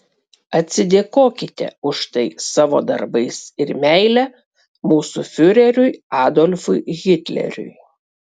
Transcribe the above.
atsidėkokite už tai savo darbais ir meile mūsų fiureriui adolfui hitleriui